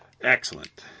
Excellent